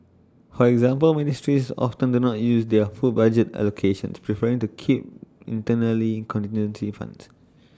for example ministries often do not use their full budget allocations preferring to keep internally contingency funds